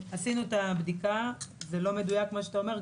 עשינו את הבדיקה, מה שאתה אומר לא מדויק.